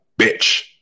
bitch